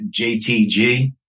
JTG